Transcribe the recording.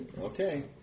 Okay